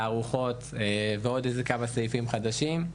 תערוכות ועוד כמה סעיפים חדשים,